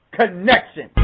connection